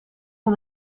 son